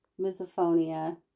misophonia